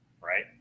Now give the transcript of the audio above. right